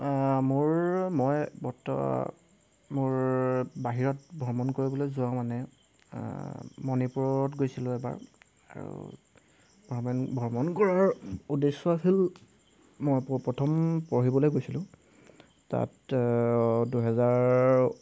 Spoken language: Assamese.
মোৰ মই মোৰ বাহিৰত ভ্ৰমণ কৰিবলৈ যোৱা মানে মণিপুৰত গৈছিলোঁ এবাৰ আৰু ভ্ৰমণ কৰাৰ উদ্দেশ্য আছিল মই প্ৰথম পঢ়িবলৈ গৈছিলোঁ তাত দুহেজাৰ